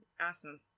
Awesome